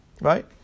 right